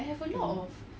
mm